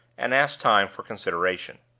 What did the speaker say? and asked time for consideration.